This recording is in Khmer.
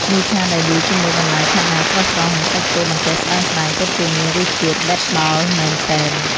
មីឆាដែលលាយជាមួយបន្លែខាត់ណាស្រស់ៗនិងសាច់គោបន្ទះស្តើងៗពិតជាមានរសជាតិដិតដល់មែនទែន។